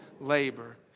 labor